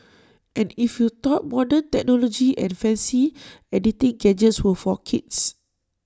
and if you thought modern technology and fancy editing gadgets were for kids